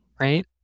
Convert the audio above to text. right